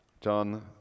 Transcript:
John